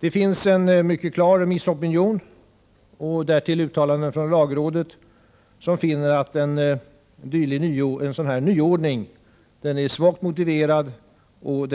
Det finns en mycket klar remissopinion och därtill uttalanden från lagrådet som säger att en sådan här nyordning är svagt motiverad och